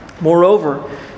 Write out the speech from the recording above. Moreover